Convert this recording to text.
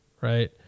right